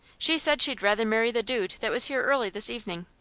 she said she'd rather marry the dude that was here early this evenin'.